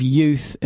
youth